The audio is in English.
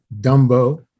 Dumbo